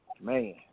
Man